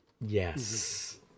Yes